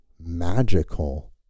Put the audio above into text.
magical